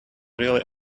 really